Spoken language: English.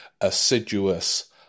assiduous